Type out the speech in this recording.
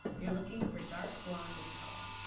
you are looking for dark blonde in color.